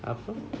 apa